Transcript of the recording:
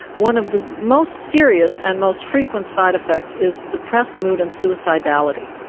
one of the most serious and most frequent side effects is depressed mood and suicidality.